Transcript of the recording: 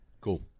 Cool